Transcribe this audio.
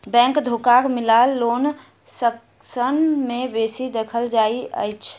bank धोखाक मामिला loan section मे बेसी देखल जाइत अछि